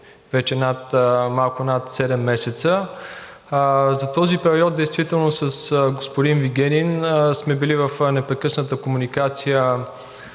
вече малко над 7 месеца. За този период действително с господин Вигенин сме били в непрекъсната комуникация